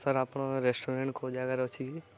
sir ଆପଣଙ୍କ restaurant କେଉଁ ଜାଗାରେ ଅଛି କି